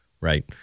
right